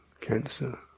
cancer